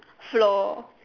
floor